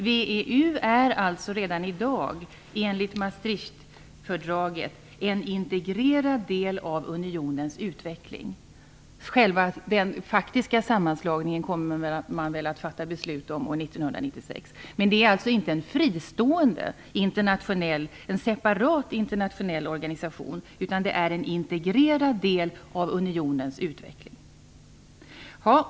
VEU är alltså redan i dag enligt Maastrichtfördraget en integrerad del av unionens utveckling. Själva den faktiska sammanslagningen kommer man väl att fatta beslut om år 1996. Men det är allstå inte en separat internationell organisation, utan en integrerad del av unionens utveckling.